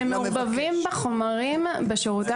אני אומרת שמעורבבים בחומרים שבשירותי